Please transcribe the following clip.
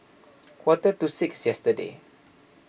quarter to six yesterday